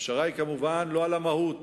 הפשרה היא כמובן לא על המהות,